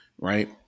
Right